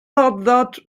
about